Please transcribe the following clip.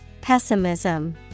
Pessimism